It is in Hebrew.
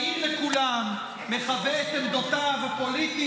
תקרא לייעוץ המשפטי.